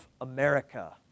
America